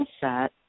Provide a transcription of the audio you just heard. set